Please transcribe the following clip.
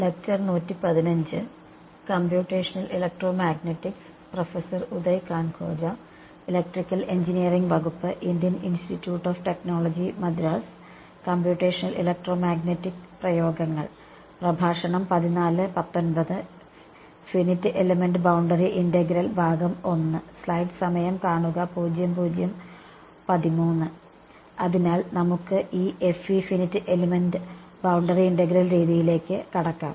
അതിനാൽ നമുക്ക് ഈ FE finite element boundary integral രീതിയിലേക്ക് കടക്കാം